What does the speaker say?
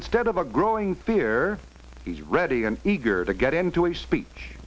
instead of a growing fear he is ready and eager to get into a speech